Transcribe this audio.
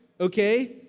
okay